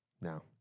No